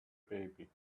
baby